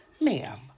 Ma'am